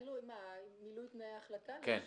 מילוי תנאי ההחלטה לאישור?